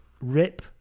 Rip